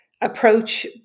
approach